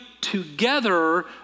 together